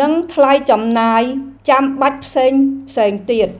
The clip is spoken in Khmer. និងថ្លៃចំណាយចាំបាច់ផ្សេងៗទៀត។